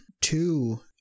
two